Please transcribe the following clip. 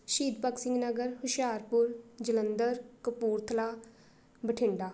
Shaheed Bhagat Singh Nagar Hoshiarpur Jalandhar Kapurthala Bathinda